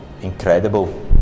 incredible